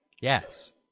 Yes